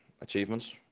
achievements